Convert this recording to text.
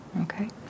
Okay